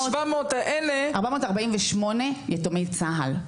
448 יתומי צה"ל.